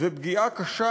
ובפגיעה קשה,